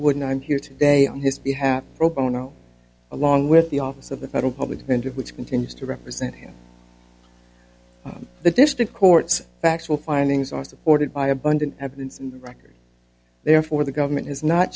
wouldn't i'm here today on his behalf pro bono along with the office of the federal public defender which continues to represent him on the district court's factual findings are supported by abundant evidence in the record therefore the government has not